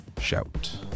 Shout